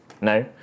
No